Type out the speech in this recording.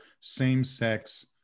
same-sex